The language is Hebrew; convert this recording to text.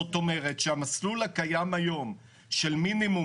זאת אומרת שהמסלול הקיים היום של מינימום